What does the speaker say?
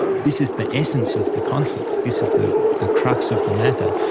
this is the essence of the conflict this is the the crux of the matter.